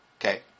Okay